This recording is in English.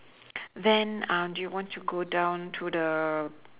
then uh do you want to go down to the